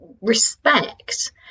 respect